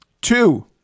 Two